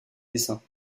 dessins